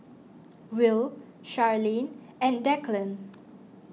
Will Charlene and Declan